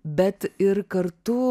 bet ir kartu